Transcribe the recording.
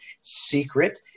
secret